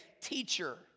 teacher